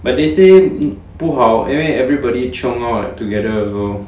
but they say 不好因为 everybody chiong out together also